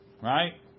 Right